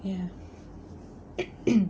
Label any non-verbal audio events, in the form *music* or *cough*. ya *noise*